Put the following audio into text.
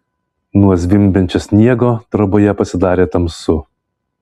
nuo zvimbiančio sniego troboje pasidarė tamsu